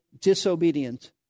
disobedient